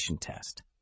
test